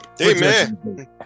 Amen